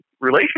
relationship